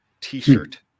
t-shirt